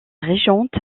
régente